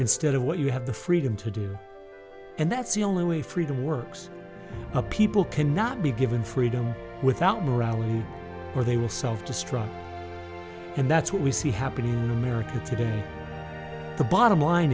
instead of what you have the freedom to do and that's the only way freedom works a people cannot be given freedom without morality or they will self destruct and that's what we see happening today the bottom line